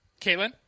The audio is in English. Caitlin